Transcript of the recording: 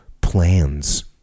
plans